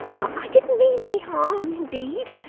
i didn't mean any harm indeed,